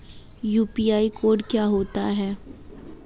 UPI code क्या होता है?